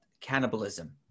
cannibalism